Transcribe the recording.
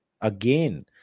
Again